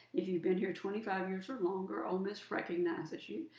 you've been here twenty five years or longer, ole miss recognizes you,